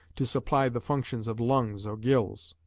to supply the functions of lungs or gills.